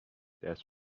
دست